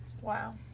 Wow